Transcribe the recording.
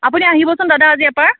আপুনি আহিবচোন দাদা আজি এপাক